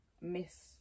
miss